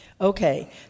Okay